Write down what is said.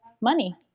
money